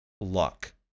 luck